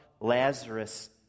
Lazarus